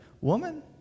Woman